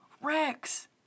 Rex